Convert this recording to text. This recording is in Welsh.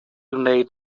wneud